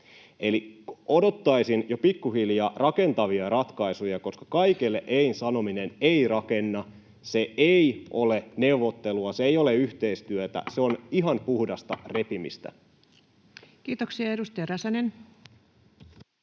Eli odottaisin jo pikkuhiljaa rakentavia ratkaisuja, koska kaikelle ”ein” sanominen ei rakenna. Se ei ole neuvottelua, se ei ole yhteistyötä, se on ihan puhdasta repimistä. [Speech 375] Speaker: